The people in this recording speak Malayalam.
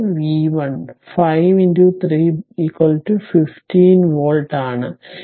എന്റെ v 1 5 3 15 വോൾട്ട് ആണ്